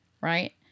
right